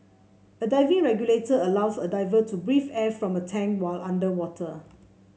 a diving regulator allows a diver to breathe air from a tank while underwater